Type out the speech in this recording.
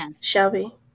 Shelby